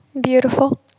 Beautiful